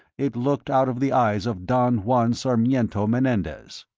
it looked out of the eyes of don juan sarmiento menendez.